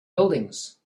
buildings